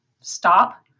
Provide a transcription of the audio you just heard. stop